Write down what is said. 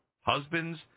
husbands